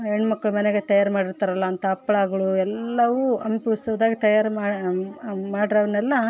ಹೆಣ್ಣು ಮಕ್ಕಳು ಮನೆಗೆ ತಯಾರು ಮಾಡಿರ್ತಾರಲ್ಲ ಅಂಥ ಹಪ್ಳಾಗಳು ಎಲ್ಲವು ಹಂಪಿ ಉತ್ಸವದಾಗೆ ತಯಾರು ಮಾಡೋ ಮಾಡೋವುನೆಲ್ಲ